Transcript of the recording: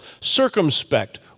circumspect